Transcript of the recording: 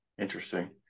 Interesting